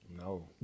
No